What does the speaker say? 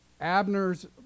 Abner's